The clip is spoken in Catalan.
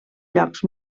llocs